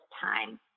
time